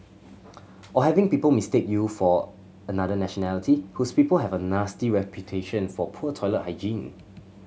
or having people mistake you for another nationality whose people have a nasty reputation for poor toilet hygiene